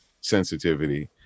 sensitivity